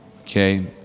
Okay